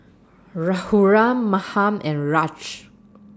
Raghuram Mahan and Raj